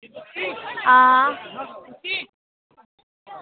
आं